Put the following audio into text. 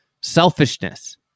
selfishness